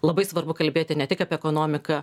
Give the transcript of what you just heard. labai svarbu kalbėti ne tik apie ekonomiką